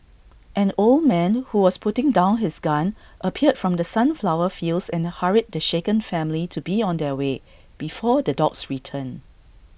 an old man who was putting down his gun appeared from the sunflower fields and hurried the shaken family to be on their way before the dogs return